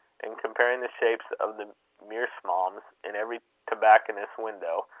and comparing the shapes of the meerschaums in every tobacconist's window,